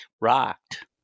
rocked